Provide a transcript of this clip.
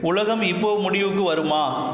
உலகம் இப்போ முடிவுக்கு வருமா